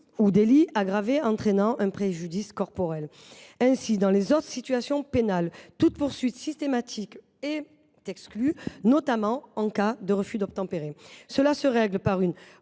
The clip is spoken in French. ou délits aggravés entraînant un préjudice corporel. Dans les autres situations pénales, toute poursuite systématique est exclue, notamment en cas de refus d’obtempérer. Cela se règle par une